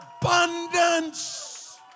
abundance